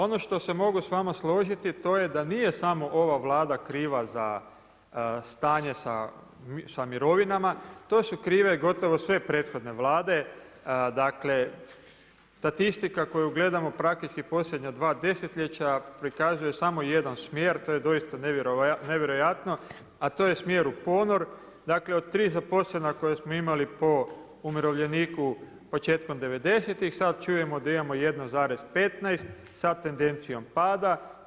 Ono što se mogu s vama složiti, to je da nije samo ova Vlada kriva za stanje sa mirovinama, to su krive gotovo sve prethodne Vlade, statistika koju gledamo, praktički posljednja 2 desetljeća, prikazuje samo jedan smjer, to je doista nevjerojatno, a to je smjer u ponor, dakle od 3 zaposlena koja smo imali po umirovljeniku početkom 90'-tih, sad čujemo da imamo 1,15 sa tendencijom pada.